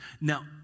Now